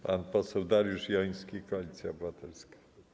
Pan poseł Dariusz Joński, Koalicja Obywatelska.